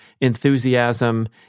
enthusiasm